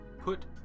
put